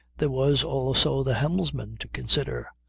there was also the helmsman to consider.